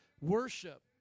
worship